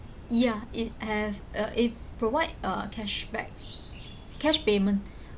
ya it have uh it provide a cashback cash payment